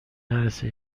نرسه